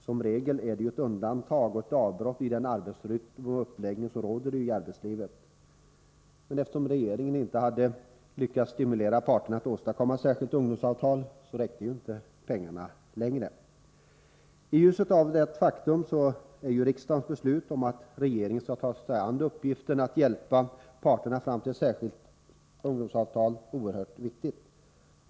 Som regel innebär ju halv arbetsdag ett undantag och ett avbrott i den arbetsrytm och uppläggning som råder ute i arbetslivet. Men eftersom regeringen inte hade lyckats stimulera parterna att åstadkomma ett särskilt ungdomsavtal så räckte inte pengarna längre. I ljuset av detta faktum är riksdagens beslut om att regeringen skall ta sig an uppgiften att hjälpa parterna fram till ett särskilt ungdomsavtal oerhört viktigt.